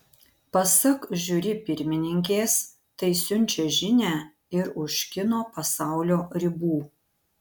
pasak žiuri pirmininkės tai siunčia žinią ir už kino pasaulio ribų